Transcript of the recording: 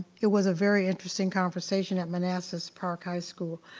it was a very interesting conversation at manassas park high school.